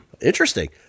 Interesting